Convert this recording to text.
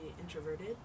introverted